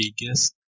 biggest